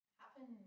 happen